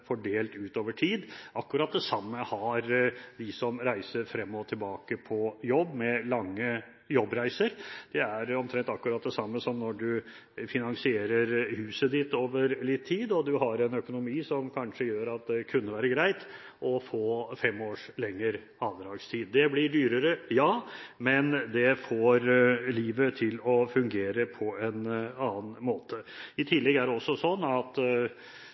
fordelt over tid. Akkurat det samme har de som reiser frem og tilbake på jobb, som har lange jobbreiser. Det er omtrent akkurat det samme som når du finansierer huset ditt over litt tid, og du har en økonomi som kanskje gjør at det kunne være greit å få fem års lengre avdragstid. Det blir dyrere, ja, men det får livet til å fungere på en annen måte. I tillegg er det også sånn at